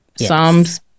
Psalms